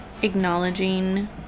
acknowledging